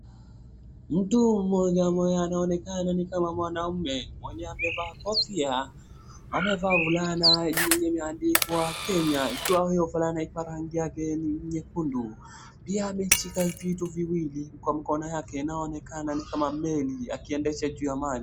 Mtu mwenye anaonekana ni kama mwanaume, mwenye amevaa kofia, amevaa fulana yenye imeandikwa Kenya. Iyo fulana iko rangi yake ni nyekundu pia ameshika vitu viwili kwa mkono yake inayoonekana ni kama meli akiendesha juu ya maji.